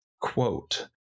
Quote